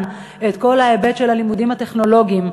את כל ההיבט של הלימודים הטכנולוגיים,